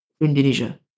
Indonesia